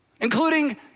including